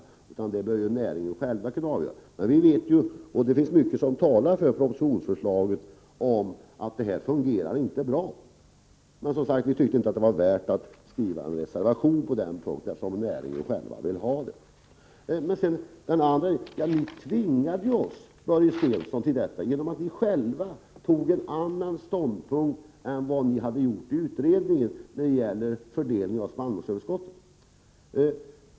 Detta borde man kunna avgöra inom näringen. Vi vet — och detta finns det mycket som talar för i propositionsförslaget — att avgiftssystemet inte fungerar bra. Men vi tyckte, som sagt, inte att det var värt att skriva en reservation på den punkten, eftersom man inom näringen vill ha det på det här sättet. När det gäller spannmålsöverskottet vill jag säga, Börje Stensson, att ni tvingade oss till vårt ställningstagande genom att ni själva intog en annan ståndpunkt när det gällde fördelningen än ni hade gjort i utredningen.